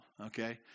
okay